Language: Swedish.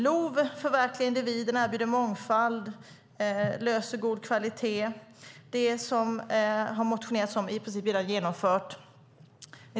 LOV förverkligar individen, erbjuder mångfald och medför god kvalitet. Det som det har motionerats om är i princip redan genomfört.